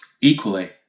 Equally